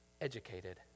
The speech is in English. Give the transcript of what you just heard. educated